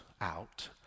out